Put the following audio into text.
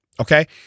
okay